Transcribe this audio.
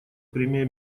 премия